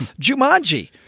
Jumanji